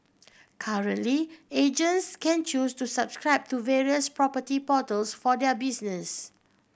currently agents can choose to subscribe to various property portals for their businesses